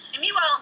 meanwhile